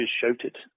shouted